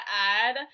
add